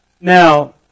Now